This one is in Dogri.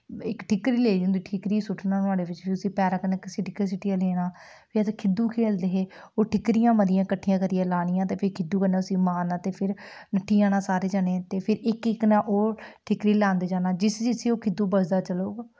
इक ठीकरी लेई जंदी ठीकरी सु'ट्टना नुआढ़े बिच फ्ही उस्सी पैरै कन्नै घसीटी घसीटियै लैना फ्ही असें खिद्दू खेढदे हे ओह् ठीकरियां मतियां किट्ठियां करियै लानियां ते फ्ही खिद्दू कन्नै उस्सी मारना ते फ्ही नस्सी जाना सारे जनें ते फ्ही इक इक नै ओह् ठीकरी लांदे जाना जिसी जिसी ओह् खिद्दू बजदा चलग